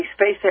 SpaceX